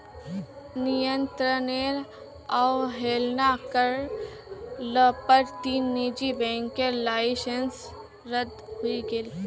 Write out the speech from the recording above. नियंत्रनेर अवहेलना कर ल पर तीन निजी बैंकेर लाइसेंस रद्द हई गेले